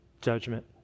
judgment